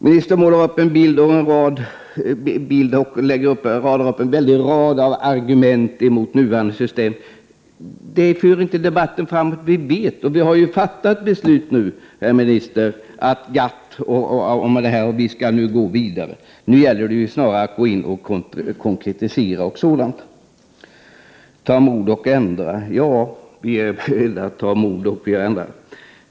Ministern radar upp en mängd argument mot nuvarande system. Det för inte debatten framåt. Vi har ju fattat beslut om GATT och om att vi skall gå vidare. Nu gäller det snarare att gå in och konkretisera. Jordbruksministern talar om att ha mod att ändra. Vi är beredda att ha mod och vi ändrar.